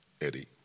Eddie